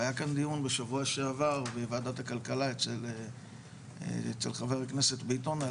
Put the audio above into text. והיה כאן דיון בשבוע שעבר בוועדת הכלכלה אצל חה"כ ביטון,